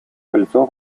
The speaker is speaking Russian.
крыльцо